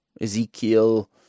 Ezekiel